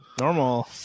normal